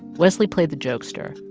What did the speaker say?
wesley played the jokester.